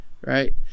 right